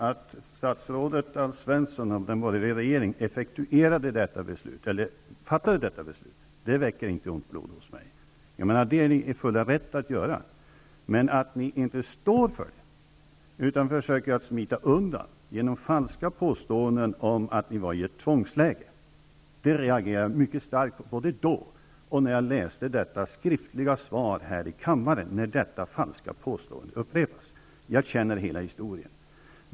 Fru talman! Nej, det väcker inte ont blod hos mig att Alf Svensson och den borgerliga regeringen fattade detta beslut. Det är ni i er fulla rätt att göra. Men att ni inte står för det utan försöker smita undan, genom falska påståenden om att ni var i ett tvångsläge, reagerar jag mycket starkt mot, liksom när jag läste det skriftliga svaret i kammaren, där detta falska påstående upprepades. Jag känner hela historien.